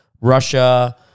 Russia